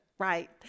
Right